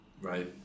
right